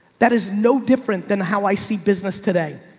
that is no different than how i see business today.